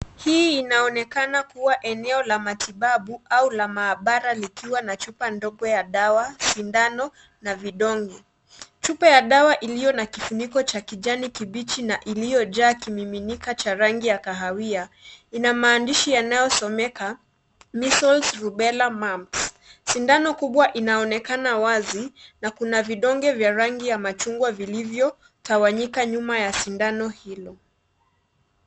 Hii inaonekana kuwa eneo la matibabu au la maabara likiwa na chupa ndogo ya dawa, sindano na vidonge. Chupa ya dawa iliyo na kifuniko cha kijani kibichi na iliyojaa kimiminika cha rangi ya kahawia, ina maandishi yanayosomeka measles, rubella, mumps . Sindano kubwa inaonekana wazi na kuna vidonge vya rangi ya machungwa vilivyotawanyika nyuma ya sindano hilo.